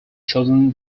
chosen